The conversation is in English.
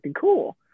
cool